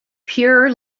pure